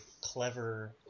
clever